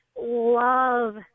love